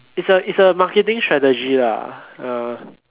it's a it's a marketing strategy lah ah